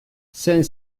cinq